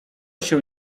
się